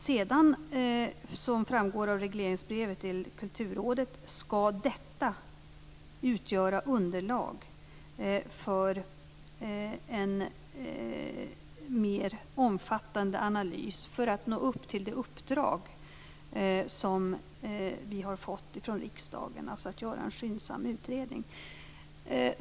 Sedan, som framgår av regleringsbrevet till Kulturrådet, skall denna analys utgöra underlag för en mer omfattande för att nå upp till det uppdrag vi har fått från riksdagen att göra en skyndsam utredning.